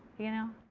you know.